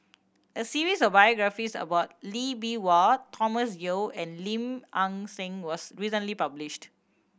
a series of biographies about Lee Bee Wah Thomas Yeo and Lim Nang Seng was recently published